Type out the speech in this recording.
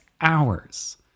hours